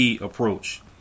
approach